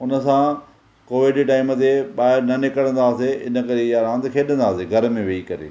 हुन सां कोविड जे टाइम ते ॿाहिरि न निकिरंदा हुआसीं हिन करे इहा रांदि खेॾंदा हुआसीं घर में वेही करे